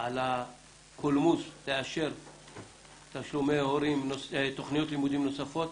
על הקולמוס לאשר תוכניות לימודים נוספות,